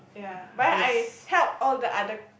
yeah but then I help all the other